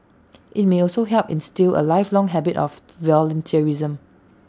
IT may also help instil A lifelong habit of volunteerism